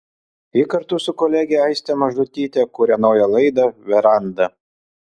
ji kartu su kolege aiste mažutyte kuria naują laidą veranda